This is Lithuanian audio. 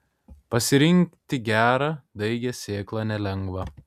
pasirinkti gerą daigią sėklą nelengva